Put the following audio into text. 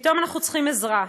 פתאום אנחנו צריכים עזרה.